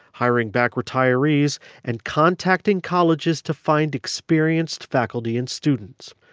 hiring back retirees and contacting colleges to find experienced faculty and students.